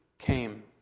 came